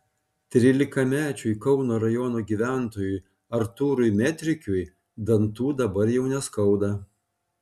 trylikamečiui kauno rajono gyventojui artūrui metrikiui dantų dabar jau neskauda